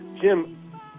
Jim